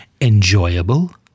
enjoyable